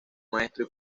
maestro